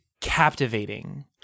captivating